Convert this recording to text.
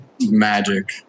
Magic